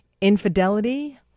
infidelity